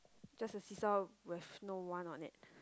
just a seesaw with no one on it